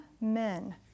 men